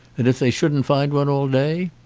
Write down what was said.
and if they shouldn't find one all day?